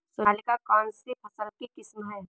सोनालिका कौनसी फसल की किस्म है?